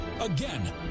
Again